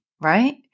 right